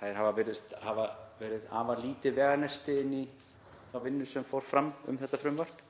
þær virðast hafa verið afar lítið veganesti inn í þá vinnu sem fór fram um þetta frumvarp